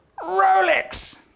Rolex